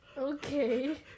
Okay